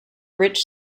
rich